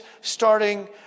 starting